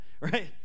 right